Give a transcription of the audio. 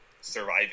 surviving